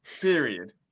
Period